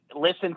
listen